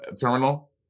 terminal